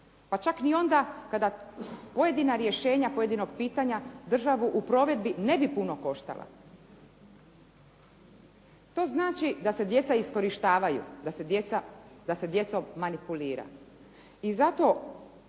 Pa čak ni onda kada pojedina rješenja pojedinog pitanja državu u provedbi ne bi puno koštala. To znači da se djeca iskorištavaju, da se djecom manipulira.